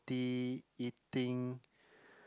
eating